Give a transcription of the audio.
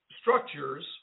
structures